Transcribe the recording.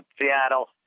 Seattle